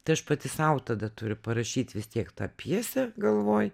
tai aš pati sau tada turiu parašyt vis tiek tą pjesę galvoj